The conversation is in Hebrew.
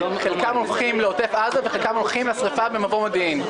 חלקם עוברים לעוטף עזה וחלקם הולכים לשרפה במבוא מודיעין.